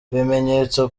ibimenyetso